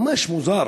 ממש מוזר.